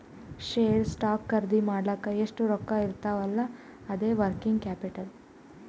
share, stock ಖರ್ದಿ ಮಾಡ್ಲಕ್ ಎಷ್ಟ ರೊಕ್ಕಾ ಇರ್ತಾವ್ ಅಲ್ಲಾ ಅದೇ ವರ್ಕಿಂಗ್ ಕ್ಯಾಪಿಟಲ್